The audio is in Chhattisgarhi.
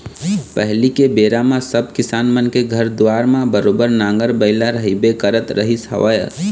पहिली के बेरा म सब किसान मन के घर दुवार म बरोबर नांगर बइला रहिबे करत रहिस हवय